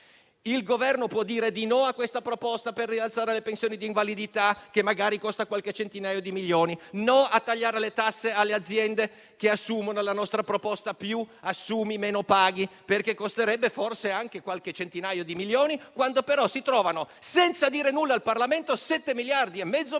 il Governo può dire di no alla proposta di rialzare le pensioni di invalidità, che magari costa qualche centinaio di milioni? Può dire di no a tagliare le tasse alle aziende che assumono e alla nostra proposta "più assumi meno paghi", che costerebbe forse qualche centinaio di milioni, quando poi si trovano, senza dire nulla al Parlamento, 7,5 miliardi da regalare a chi